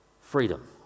freedom